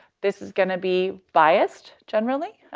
this is going to be biased generally,